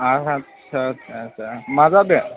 आच्चा आच्चा मा जादों